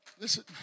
Listen